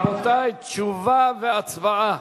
רבותי, תשובה והצבעה.